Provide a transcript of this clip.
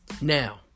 Now